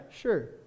sure